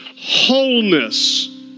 wholeness